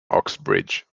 uxbridge